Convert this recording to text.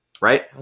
Right